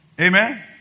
Amen